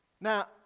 Now